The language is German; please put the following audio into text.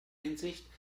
hinsicht